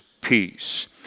peace